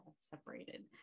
separated